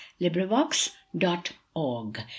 librivox.org